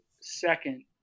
second